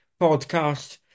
podcast